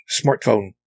smartphone